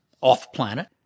off-planet